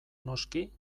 noski